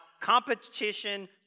competition